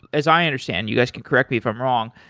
as i understand, you guys can correct me if i'm wrong.